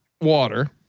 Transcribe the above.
water